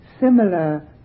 similar